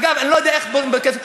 אגב, אני לא יודע איך בונים בקצב.